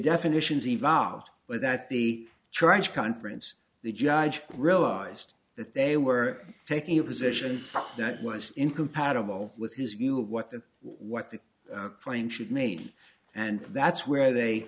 definitions evolved without the triage conference the judge realized that they were taking a position that was incompatible with his view of what the what the claim should mean and that's where they